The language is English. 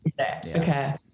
Okay